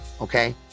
okay